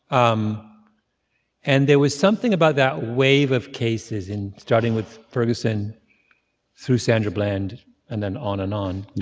um and there was something about that wave of cases in starting with ferguson through sandra bland and then on and on.